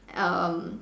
um